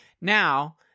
Now